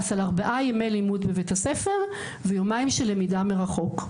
על ארבעה ימי לימוד בבית הספר ויומיים של למידה מרחוק.